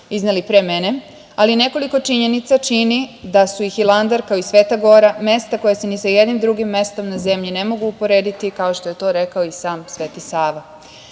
izneli pre mene, ali nekoliko činjenica čini da su i Hilandar kao i Sveta gora mesta koja se ni sa jednim drugim mestom na zemlji ne mogu uporediti, kao što je to rekao i sam Sveti Sava. Sveti